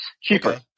cheaper